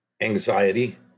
anxiety